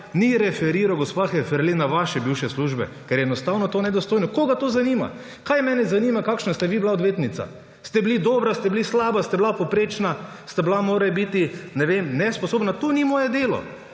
ni referiral, gospa Heferle, o vaših bivših službah, ker je to enostavno nedostojno. Koga to zanima?! Kaj mene zanima, kakšna ste bili vi odvetnica? Ste bili dobra, ste bili slaba, ste bili povprečna, ste bili morebiti, ne vem, nesposobna? To ni moje delo!